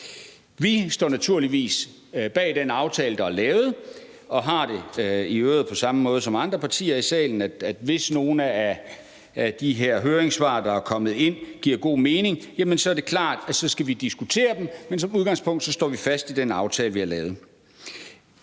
Vi står naturligvis bag den aftale, der er lavet, og har det i øvrigt på samme måde som andre partier i salen, at hvis nogle af de her høringssvar, der er kommet ind, giver god mening, så er det klart, at vi skal diskutere dem. Men som udgangspunkt står vi fast ved den aftale, vi har lavet.